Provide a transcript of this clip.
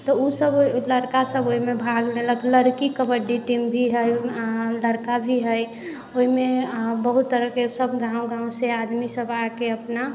तऽ उ सभ लड़िका सभ ओइमे भाग लेलक लड़की कबड्डी टीम भी हय उहाँ लड़का भी हय ओइमे अहाँ बहुत तरहके सभ गाँव गाँवसँ आदमी सभ आके अपना